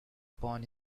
upon